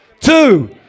two